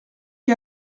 qui